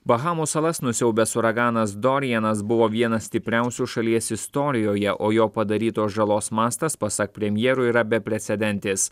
bahamų salas nusiaubęs uraganas dorianas buvo vienas stipriausių šalies istorijoje o jo padarytos žalos mastas pasak premjero yra beprecedentis